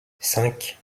cinq